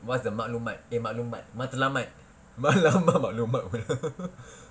what's the maklumat maklumat matlamat matlamat maklumat pula